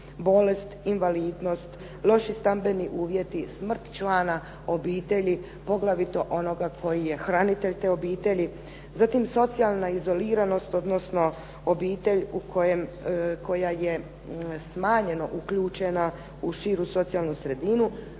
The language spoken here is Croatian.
bolest, invalidnost, loši stambeni uvjeti, smrt člana obitelji poglavito onoga koji je hranitelj te obitelj, zatim socijalna izoliranost odnosno obitelj koja je smanjeno uključena u širu socijalnu sredinu,